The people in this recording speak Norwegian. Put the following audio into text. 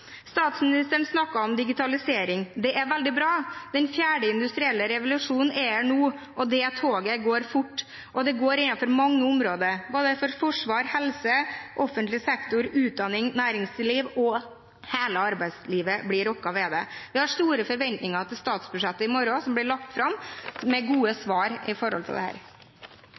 Statsministeren snakket om digitalisering. Det er veldig bra. Den fjerde industrielle revolusjonen er her nå. Det toget går fort, og det går innenfor mange områder. Både Forsvaret, helse, offentlig sektor, utdanning, næringsliv og hele arbeidslivet blir rokket ved. Vi har store forventninger til at statsbudsjettet som blir lagt fram i morgen, har gode svar på dette. Er det